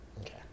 Okay